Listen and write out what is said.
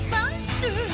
Monster